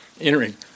entering